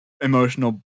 emotional